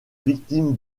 victime